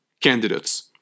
candidates